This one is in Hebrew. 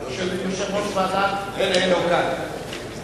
בסדר-היום המתחדש והמחודש.